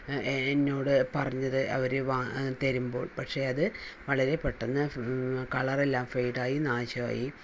എന്നോട് പറഞ്ഞത് അവര് വാ തരുമ്പോൾ പക്ഷേ അത് വളരെ പെട്ടന്ന് ഫുൾ കളർ എല്ലാം ഫെയ്ഡായി നാശമായി